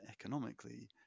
economically